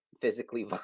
physically